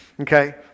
Okay